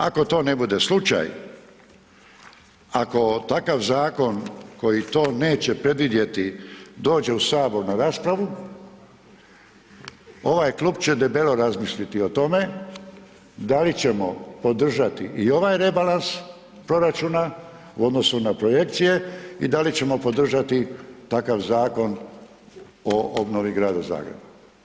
Ako to ne bude slučaj, ako takav zakon koji to neće predvidjeti dođe u Sabor na raspravu, ovaj klub će debelo razmisliti o tome, da li ćemo podržati i ovaj rebalans proračun u odnosu na projekcije i da li ćemo podržati takav Zakon o obnovi grada Zagreba.